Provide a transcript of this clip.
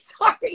sorry